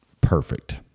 perfect